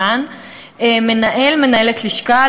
מנהל/מנהלת לשכה,